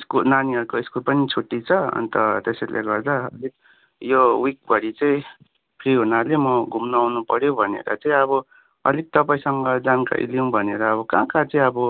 स्कु नानीहरूको स्कुल पनि छुट्टी छ अन्त त्यसैले गर्दा यो विकभरि चाहिँ फ्री हुनाले म घुम्नु आउनु पर्यो भनेर चाहिँ अब अलिक तपाईँसँग जानकारी लिऊँ भनेर अब कहाँ कहाँ चाहिँ अब